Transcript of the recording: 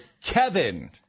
Kevin